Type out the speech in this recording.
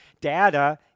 data